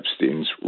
Epstein's